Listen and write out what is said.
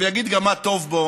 ואגיד גם מה טוב בו,